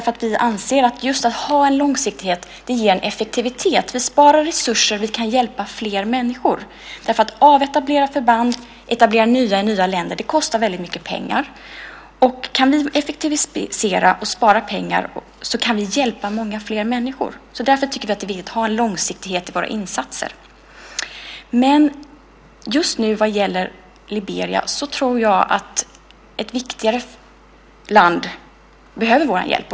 Vi anser att just långsiktighet ger en effektivitet. Vi sparar resurser. Vi kan hjälpa fler människor. Att avetablera förband, att etablera nya i nya länder kostar väldigt mycket pengar. Om vi kan effektivisera och spara pengar kan vi hjälpa många fler människor. Därför tycker vi att det är viktigt att ha en långsiktighet i våra insatser. Just nu vad gäller Liberia tror jag att ett viktigare land behöver vår hjälp.